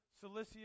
Cilicia